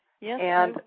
Yes